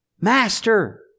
master